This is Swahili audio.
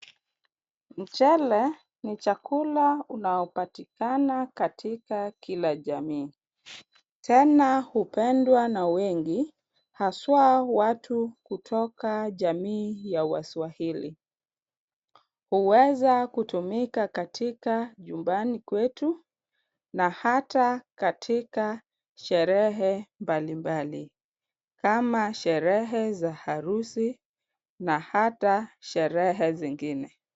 Mchele ni chakula unaopatikana katika kila jamii. Tena hupendwa na wengi haswa watu kutoka jamii ya waswahili. Huweza kutumika katika nyumbani kwetu na hata katika sherehe mbalimbali kama sherehe za harusi na hata sherehe zingine.